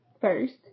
first